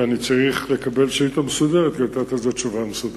ואני צריך לקבל שאילתא מסודרת כדי לתת על זה תשובה מסודרת.